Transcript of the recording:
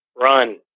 Run